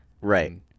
Right